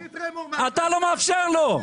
--- אתה לא מאפשר לו.